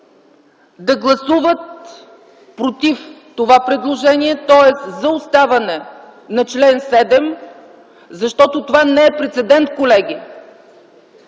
да гласуват „против” това предложение, тоест за оставане на т. 7. Защото това не е прецедент, колеги.